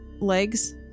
legs